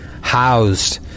housed